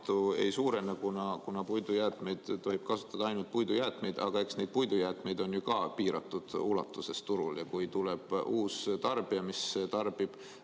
ei suurene, kuna tohib kasutada ainult puidujäätmeid, aga eks neid puidujäätmeid on ka piiratud ulatuses turul. Ja kui tuleb uus tarbija, mis tarbib